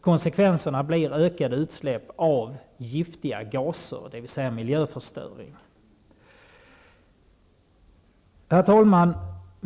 Konsekvenserna blir ökade utsläpp av giftiga gaser, dvs. miljöförstöring. Herr talman!